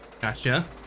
Gotcha